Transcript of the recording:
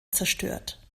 zerstört